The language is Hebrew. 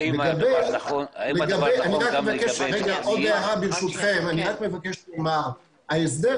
אני רוצה לומר כמה דברים